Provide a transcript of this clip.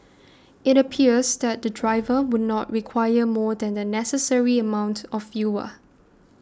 it appears that the driver would not require more than the necessary amount of fuel